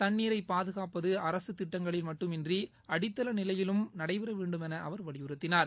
தண்ணீரை பாதுகாப்பது அரசு திட்டங்களில் மட்டுமின்றி அடித்தள நிலையிலும் நடைபெற வேண்டுமென அவர் வலியுறுத்தினார்